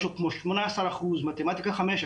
משהו כמו 18% מתמטיקה חמש,